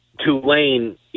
Tulane